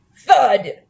Thud